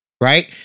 right